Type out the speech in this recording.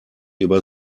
über